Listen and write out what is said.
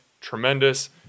Tremendous